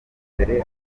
mbere